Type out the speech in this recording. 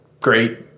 great